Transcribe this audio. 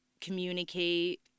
communicate